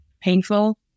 painful